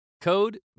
Code